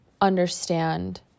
understand